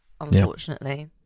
unfortunately